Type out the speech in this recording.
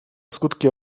skutki